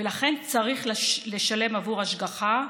ולכן צריך לשלם עבור השגחה,